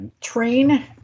train